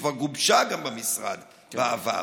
שכבר גובשה גם במשרד בעבר?